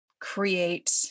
create